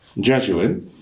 Jesuit